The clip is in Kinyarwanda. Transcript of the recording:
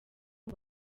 ngo